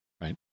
right